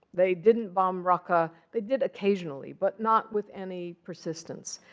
they didn't bomb raqqa. they did occasionally, but not with any persistence.